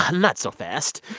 not so fast.